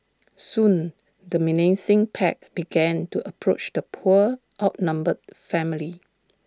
soon the menacing pack began to approach the poor outnumbered family